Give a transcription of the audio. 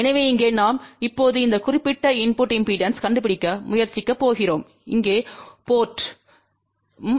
எனவே இங்கே நாம் இப்போது இந்த குறிப்பிட்ட இன்புட்டு இம்பெடன்ஸ்க் கண்டுபிடிக்க முயற்சிக்கப் போகிறோம் இங்கே போர்ட்ம்